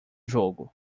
jogo